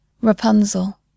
Rapunzel